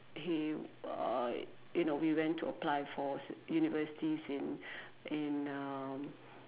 he uh you know we went to apply for universities in in um